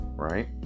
Right